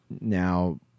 now